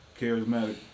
charismatic